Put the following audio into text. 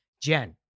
Jen